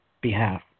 behalf